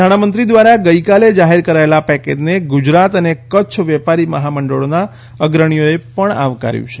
નાણામંત્રી દ્વારા ગઈકાલે જાહેર કરાયેલા પેકેજને ગુજરાત અને કચ્છ વેપારી મહામંડળોના અગ્રણીઓએ પણ આવકાર્યું છે